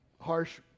Harsh